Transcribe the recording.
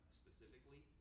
specifically